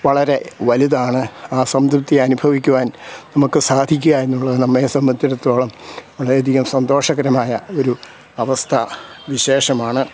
വളരെ വലുതാണ് ആ സംതൃപ്തി അനുഭവിക്കുവാൻ നമുക്ക് സാധിക്കുക എന്നുള്ളത് നമ്മെ സംബന്ധിച്ചിടത്തോളം വളരെയധികം സന്തോഷകരമായ ഒരു അവസ്ഥ വിശേഷമാണ്